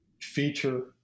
feature